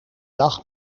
dag